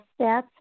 stats